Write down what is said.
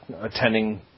attending